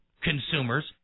consumers